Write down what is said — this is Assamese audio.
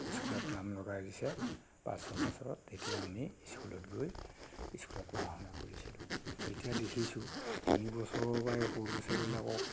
স্কুলত নাম লগাই দিছে পাঁচ ছয় বছৰত তেতিয়া আমি স্কুলত গৈ স্কুলত পঢ়া শুনা কৰিছিলোঁ এতিয়া দেখিছোঁ তিনি বছৰৰ পৰাই সৰু ল'ৰা ছোৱালীবিলাকক